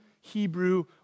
Hebrew